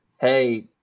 hey